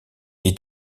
est